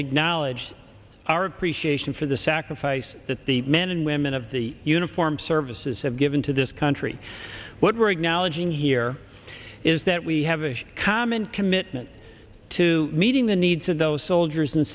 acknowledge our appreciation for the sacrifice that the men and women of the uniformed services have given to this country what we're acknowledging here is that we have a common commitment to meeting the needs of those soldiers and